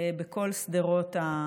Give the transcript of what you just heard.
בכל שדרות,